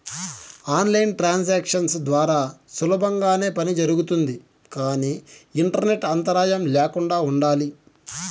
on line transactions ద్వారా సులభంగానే పని జరుగుతుంది కానీ ఇంటర్నెట్ అంతరాయం ల్యాకుండా ఉండాలి